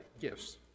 gifts